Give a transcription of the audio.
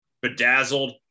Bedazzled